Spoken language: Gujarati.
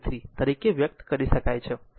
તરીકે વ્યક્ત કરી શકાય છે